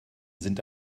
sind